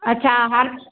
अच्छा हा